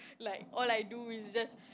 like all I do is just